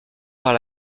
par